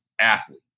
athlete